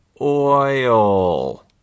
oil